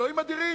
אלוהים אדירים.